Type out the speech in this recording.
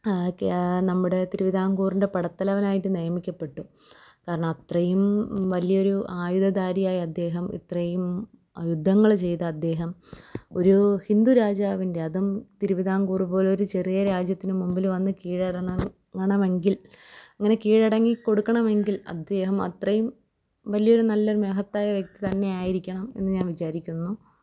നമ്മുടെ തിരുവിതാംകൂറിൻ്റെ പടത്തലവനായിട്ട് നിയമിക്കപ്പെട്ടു കാരണം അത്രയും വലിയ ഒരു ആയുധധാരിയായ അദ്ദേഹം ഇത്രയും യുദ്ധങ്ങൾ ചെയ്ത അദ്ദേഹം ഒരു ഹിന്ദു രാജാവിൻ്റെ അതും തിരുവിതാംകൂർ പോലെ ഒരു ചെറിയ രാജ്യത്തിന് മുമ്പിൽ വന്ന് കീഴടങ്ങണമെങ്കിൽ അങ്ങനെ കീഴടങ്ങി കൊടുക്കണമെങ്കിൽ അദ്ദേഹം അത്രയും വലിയ ഒരു നല്ല മഹത്തായ വ്യക്തി തന്നെയായിരിക്കണം എന്ന് ഞാൻ വിചാരിക്കുന്നു